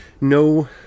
no